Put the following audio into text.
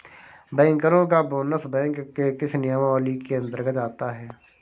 बैंकरों का bonus bank के किस नियमावली के अंतर्गत आता है?